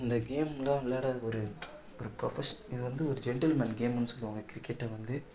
இந்த கேம் தான் விளையாட ஒரு ப்ரொ ஒரு ப்ரொபேஷ் இது வந்து ஒரு ஜெண்டில்மேன் கேம்ன்னு சொல்லுவாங்க கிரிக்கெட்டை வந்து